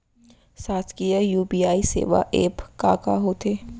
शासकीय यू.पी.आई सेवा एप का का होथे?